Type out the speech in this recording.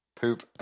poop